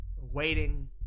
waiting